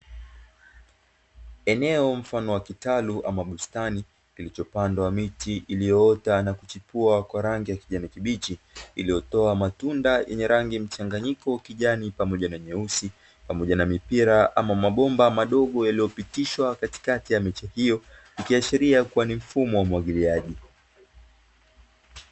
Eneo mfano wa kitalu ama bustani kilichopandwa miti iliyoota na kuchukua kwa rangi ya kijani kibichi, iliyotoa matunda yenye rangi mchanganyiko kijani pamoja na nyeusi pamoja na mipira ama mabomba madogo yaliyopitishwa katikati ya mechi hiyo kiashiria kuwa ni mfumo wa umwagiliaji.